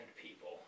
people